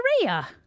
Maria